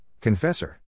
confessor